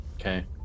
okay